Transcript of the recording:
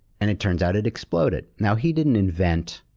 and it turns out it exploded. now, he didn't invent